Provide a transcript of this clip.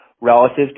relative